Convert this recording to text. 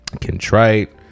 contrite